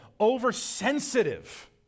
oversensitive